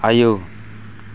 आयौ